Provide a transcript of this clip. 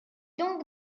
donc